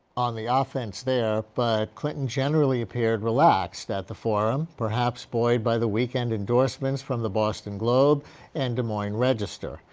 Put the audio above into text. on the offense there, but clinton generally appeared relaxed at the forum, perhaps buoyed by the weekend endorsements from the boston globe and des moines register.